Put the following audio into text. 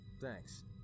thanks